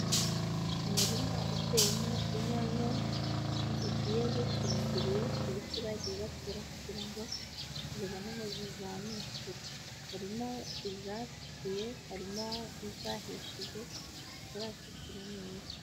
Umurima uteyemo inyanya zigiye zishingiriye ku biti bagiye batera kugira ngo zibone aho zizamukira, harimo izatukuye, harimo n'izahishije zitaratukura neza.